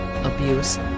abuse